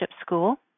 School